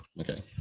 Okay